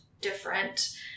different